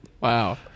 Wow